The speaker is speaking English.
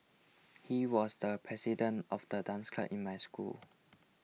he was the president of the dance club in my school